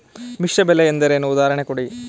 ಮಿಶ್ರ ಬೆಳೆ ಎಂದರೇನು, ಉದಾಹರಣೆ ಕೊಡಿ?